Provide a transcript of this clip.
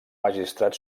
magistrat